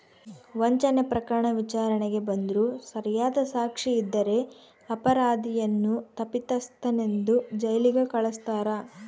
ವಂಚನೆ ಪ್ರಕರಣ ವಿಚಾರಣೆಗೆ ಬಂದ್ರೂ ಸರಿಯಾದ ಸಾಕ್ಷಿ ಇದ್ದರೆ ಅಪರಾಧಿಯನ್ನು ತಪ್ಪಿತಸ್ಥನೆಂದು ಜೈಲಿಗೆ ಕಳಸ್ತಾರ